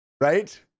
Right